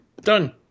Done